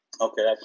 Okay